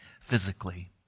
physically